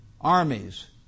Armies